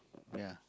ya